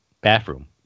bathroom